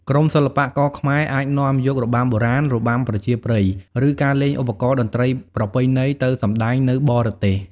ក្រុមសិល្បករខ្មែរអាចនាំយករបាំបុរាណ របាំប្រជាប្រិយ ឬការលេងឧបករណ៍តន្ត្រីប្រពៃណីទៅសម្តែងនៅបរទេស។